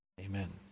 Amen